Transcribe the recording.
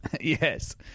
Yes